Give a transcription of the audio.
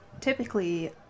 typically